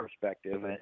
perspective